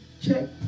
check